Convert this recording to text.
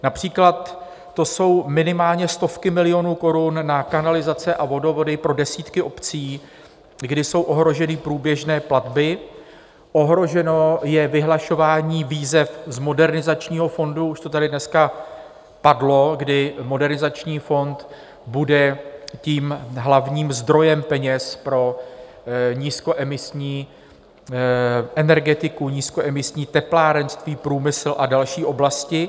Například to jsou minimálně stovky milionů korun na kanalizace a vodovody pro desítky obcí, kdy jsou ohroženy průběžné platby, ohroženo je vyhlašování výzev z Modernizačního fondu, už to tady dneska padlo, kdy Modernizační fond bude tím hlavním zdrojem peněz pro nízkoemisní energetiku, nízkoemisní teplárenství, průmysl a další oblasti.